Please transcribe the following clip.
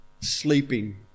sleeping